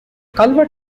culver